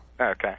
Okay